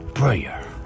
prayer